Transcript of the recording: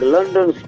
London